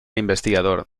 investigador